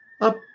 Up